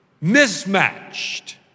mismatched